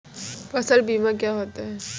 फसल बीमा क्या होता है?